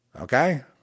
Okay